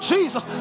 Jesus